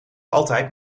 altijd